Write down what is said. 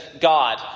God